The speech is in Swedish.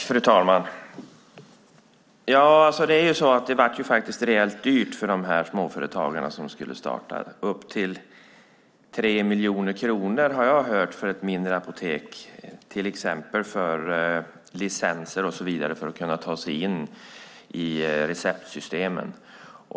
Fru talman! Det blev rejält dyrt för de småföretagare som skulle starta apotek - upp till 3 miljoner kronor för ett mindre apotek, har jag hört. Det gäller licenser och så vidare för att kunna ta sig in i receptsystemen.